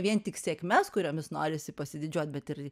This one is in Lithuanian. vien tik sėkmes kuriomis norisi pasididžiuot bet ir